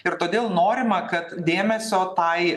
ir todėl norima kad dėmesio tai